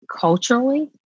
Culturally